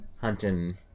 Hunting